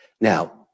Now